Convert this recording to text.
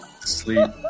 Sleep